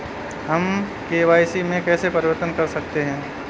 हम के.वाई.सी में कैसे परिवर्तन कर सकते हैं?